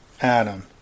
Adam